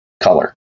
color